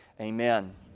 Amen